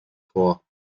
vor